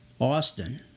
Austin